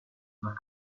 nach